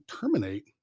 terminate